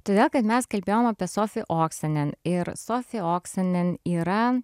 todėl kad mes kalbėjom apie sofiją oksinen ir sofija oksinen yra